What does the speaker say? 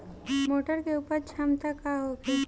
मटर के उपज क्षमता का होखे?